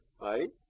right